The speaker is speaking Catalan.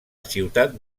ciutat